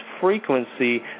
frequency